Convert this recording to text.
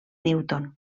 newton